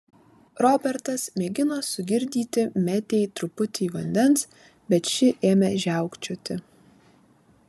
robertas mėgino sugirdyti metei truputį vandens bet ši ėmė žiaukčioti